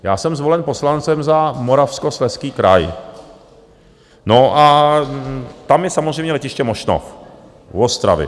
Já jsem zvolen poslancem za Moravskoslezský kraj a tam je samozřejmě letiště Mošnov, u Ostravy.